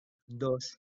dos